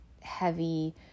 heavy